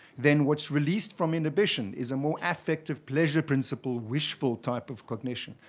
then what's released from inhibition is a more affective pleasure principle, wishful type of cognition.